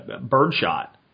birdshot